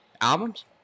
albums